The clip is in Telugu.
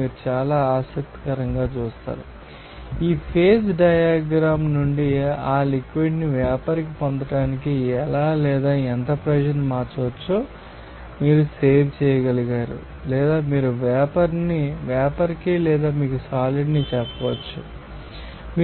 మీరు చాలా ఆసక్తికరంగా చూస్తారు ఈ ఈ ఫేజ్ డయాగ్రమ్ నుండి ఆ లిక్విడ్ని వేపర్ కి పొందటానికి ఎలా లేదా ఎంత ప్రెషర్ మార్చవచ్చో మీరు సేవ్ చేయగలిగారు లేదా మీరు వేపర్కి లేదా మీకు సాలిడ్ని చెప్పవచ్చు మార్చడం ద్వారా అది టెంపరేచర్ అని చెప్పవచ్చు